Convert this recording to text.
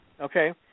Okay